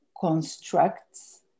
constructs